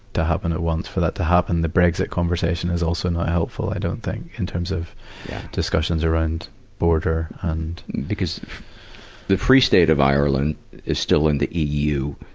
to happen at once, for that to happen. the brexit conversation is also not helpful, i don't think, in terms of discussions around border and, paul because the free state of ireland is still in the eu.